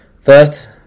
first